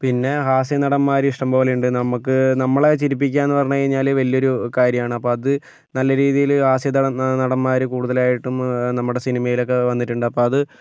പിന്നെ ഹാസ്യ നടന്മാർ ഇഷ്ടം പോലെ ഉണ്ട് നമുക്ക് നമ്മളെ ചിരിപ്പിക്കുകയെന്ന് പറഞ്ഞ് കഴിഞ്ഞാൽ വലിയൊരു കാര്യമാണ് അപ്പോൾ അത് നല്ല രീതിയിൽ ഹാസ്യ ന നടന്മാർ കൂടുതലായിട്ടും നമ്മുടെ സിനിമയിലൊക്കെ വന്നിട്ടുണ്ട് അപ്പം അത്